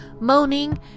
moaning